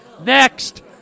Next